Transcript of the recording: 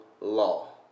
law